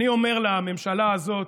אני אומר לממשלה הזאת,